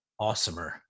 awesomer